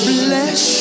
bless